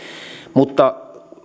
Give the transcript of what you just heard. mutta